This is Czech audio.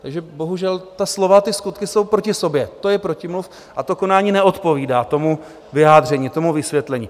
Takže bohužel, ta slova a ty skutky jsou proti sobě, to je protimluv, a to konání neodpovídá tomu vyjádření, tomu vysvětlení.